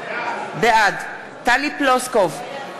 בעד טלי פלוסקוב,